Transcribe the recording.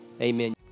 Amen